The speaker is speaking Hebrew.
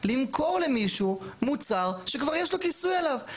למכור למישהו מוצר שכבר יש לו כיסוי עליו.